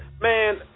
Man